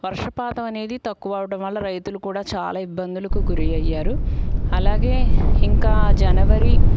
వర్షపాతం అనేది తక్కువ అవడం వల్ల రైతులు కూడా చాలా ఇబ్బందులకు గురి అయ్యారు అలాగే ఇంకా జనవరి